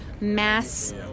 mass